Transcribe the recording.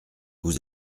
vous